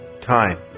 time